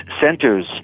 centers